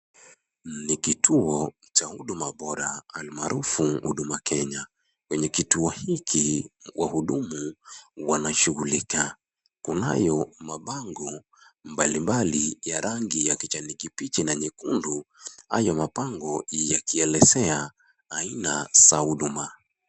Ni kituo cha huduma bora almaharufu huduma kenya, kwenye kituo hiki wahudumu wanashugulika, kunayo mabango mbali mbali ya rangi ya kijani kibichi na nyekundu hayo mabango yakielezea haina za huduma.